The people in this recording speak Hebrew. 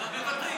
מוותרים.